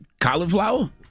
cauliflower